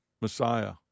Messiah